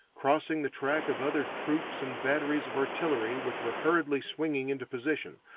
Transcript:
crossing the track of other troops and batteries of artillery which were hurriedly swinging into position,